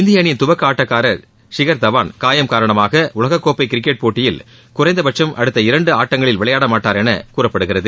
இந்திய அணியின் துவக்க ஆட்டக்காரர் ஷிகர்தவான் காயம் காரணமாக உலகக் கோப்பை கிரிக்கெட் போட்டியில் குறைந்தபட்சம் அடுத்த இரண்டு ஆட்டங்களில் விளையாட மாட்டார் என கூறப்படுகிறது